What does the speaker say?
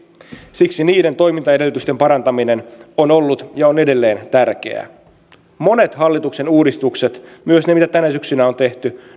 siksi niiden toimintaedellytysten parantaminen on ollut ja on edelleen tärkeää monet hallituksen uudistukset myös ne mitä tänä syksynä on tehty